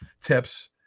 tips